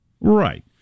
Right